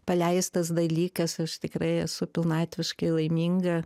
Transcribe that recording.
paleistas dalykas aš tikrai esu pilnatviškai laiminga